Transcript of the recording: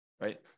right